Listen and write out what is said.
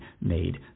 made